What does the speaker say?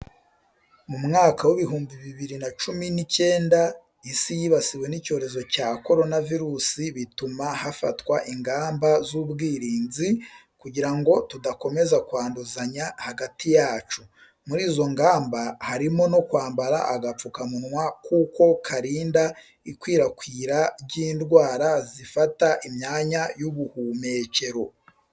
Mu mwaka w'ibihumbi bibiri na cumi n'icyenda isi yibasiwe n'icyorezo cya korona virusi bituma hafatwa ingamba z'ubwirinzi kugira ngo tudakomeza kwanduzanya hagati yacu. Muri izo ngamba harimo no kwambara agapfukamunwa kuko karinda ikwirakwira ry'indwara zifata imyanya y'ubuhumekero.